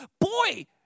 boy